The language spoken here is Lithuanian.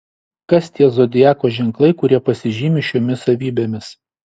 kas tie zodiako ženklai kurie pasižymi šiomis savybėmis